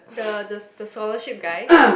the the the scholarship guy